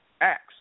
acts